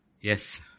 Yes